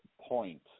point